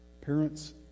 Parents